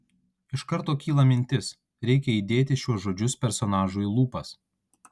iš karto kyla mintis reikia įdėti šiuos žodžius personažui į lūpas